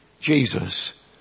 Jesus